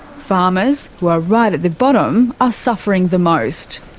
farmers, who are right at the bottom, are suffering the most.